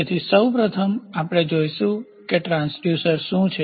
તેથી સૌ પ્રથમ આપણે જોઈશું કે ટ્રાંસડ્યુસર શું છે